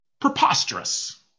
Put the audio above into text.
preposterous